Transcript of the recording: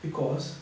because